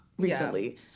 recently